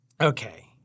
Okay